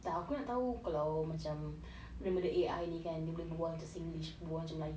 entah aku nak tahu kalau macam benda-benda A_I ni kan dia boleh berbual macam singlish berbual macam melayu